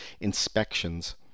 inspections